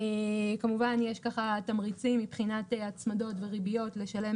כמובן יש תמריצים מבחינת הצמדות וריביות לשלם